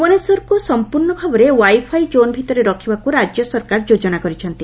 ଭୁବନେଶ୍ୱରକୁ ସଂପୂର୍ଶ୍ୱ ଭାବରେ ୱାଇଫାଇ କୋନ୍ ଭିତରେ ରଖିବାକୁ ରାଜ୍ୟ ସରକାର ଯୋଜନା କରିଛନ୍ତି